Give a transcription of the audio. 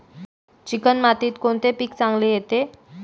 Chicken मातीत कोणते पीक चांगले येते?